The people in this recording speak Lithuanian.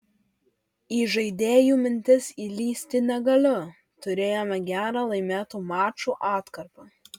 į žaidėjų mintis įlįsti negaliu turėjome gerą laimėtų mačų atkarpą